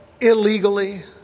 illegally